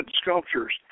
sculptures